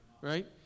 Right